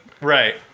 Right